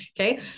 okay